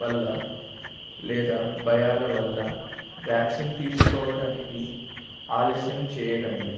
వల్ల లేదా భయాల వల్ల వ్యాక్సిన్ తీసుకోవడానికి ఆలస్యం చేయకండి